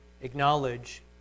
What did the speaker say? acknowledge